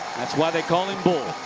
that's why they call him